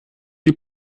die